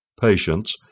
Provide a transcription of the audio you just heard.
patience